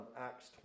Acts